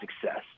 success